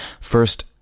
First